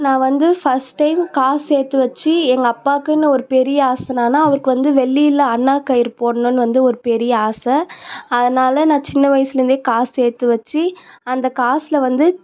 நான் வந்து first time காசு சேர்த்து வச்சு எங்கள் அப்பாக்குன்னு ஒரு பெரிய ஆசை என்னனா அவருக்கு வந்து வெள்ளியில் அண்ணாக்கயிறு போடணுன்னு வந்து ஒரு பெரிய ஆசை அதனால் நான் சின்ன வயசில் இருந்தே காசு சேத்து வச்சு அந்த காஸில் வந்து